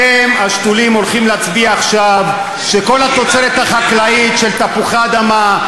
אתם השתולים הולכים להצביע עכשיו שכל התוצרת החקלאית של תפוחי-אדמה,